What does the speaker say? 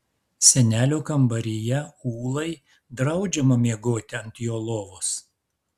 senelio kambaryje ūlai draudžiama miegoti ant jo lovos